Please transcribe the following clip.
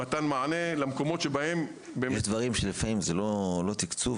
יש דברים לפעמים שזה לא תקצוב,